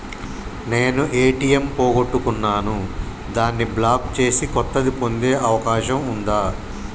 నేను ఏ.టి.ఎం పోగొట్టుకున్నాను దాన్ని బ్లాక్ చేసి కొత్తది పొందే అవకాశం ఉందా?